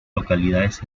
localidades